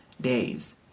days